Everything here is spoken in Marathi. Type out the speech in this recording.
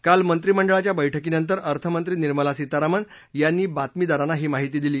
काल मंत्रीमंडळाच्या बैठकीनंतर अर्थमंत्री निर्मला सीतारामन यांनी बातमीदारांना ही माहिती दिली